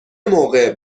موقع